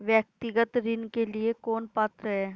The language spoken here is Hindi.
व्यक्तिगत ऋण के लिए कौन पात्र है?